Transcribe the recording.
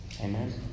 Amen